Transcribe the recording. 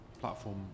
platform